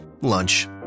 lunch